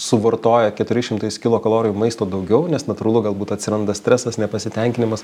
suvartoja keturi šimtais kilokalorijų maisto daugiau nes natūralu galbūt atsiranda stresas nepasitenkinimas